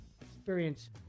experience